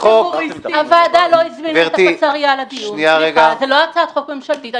אבל הוועדה לא הזמינה את הפצ"רייה לדיון וזאת לא הצעת חוק ממשלתית,